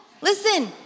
Listen